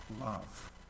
love